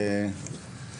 אנחנו